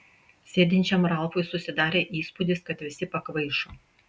sėdinčiam ralfui susidarė įspūdis kad visi pakvaišo